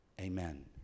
amen